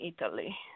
Italy